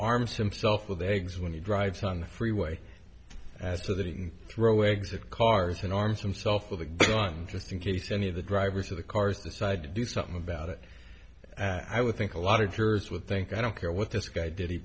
arms himself with eggs when he drives on the freeway as to that he can throw eggs at cars and arms himself with a gun just in case any of the drivers of the cars decide to do something about it i would think a lot of jurors would think i don't care what this guy did he